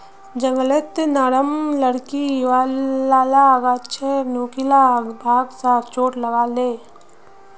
जंगलत नरम लकड़ी वाला गाछेर नुकीला भाग स चोट लाग ले